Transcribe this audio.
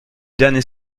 dernier